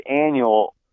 annual